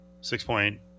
six-point